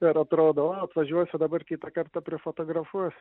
ir atrodo o atvažiuosiu dabar kitą kartą prifotografuosiu